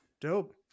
Dope